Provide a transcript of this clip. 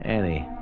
Annie